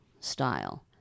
Style